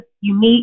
unique